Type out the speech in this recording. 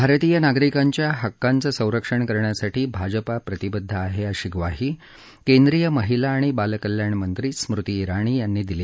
भारतीय नागरिकांच्या हक्कांचं संरक्षण करण्यासाठी भाजपा प्रतिबद्ध आहे अशी ग्वाही केंद्रीय महिला आणि बालकल्याण मंत्री स्मृती जिणी यांनी दिली